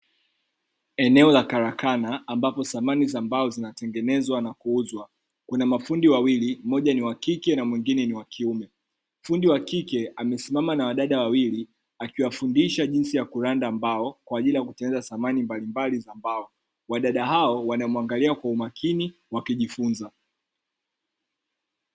Eneo lakarakana ambapo samani za mbao zinatengenezwa na kuuzwa, kuna mafundi wawili, mmoja ni wakike na mwingine wakiume. Fundi wa kike amesimama na wadada wawili akiwafundisha jinsi ya kuranda mbao kwa ajili ya kutengeneza samani mbalimbali za mbao. Wadada hao wanamwangalia kwa umakini, wakijifunza.